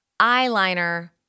eyeliner